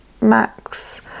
Max